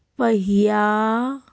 ਪਹੀਆ